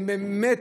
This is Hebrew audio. באמת,